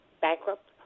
bankrupt